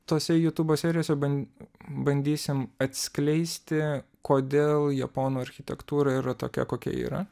tose jutubo serijose ban bandysim atskleisti kodėl japonų architektūra yra tokia kokia yra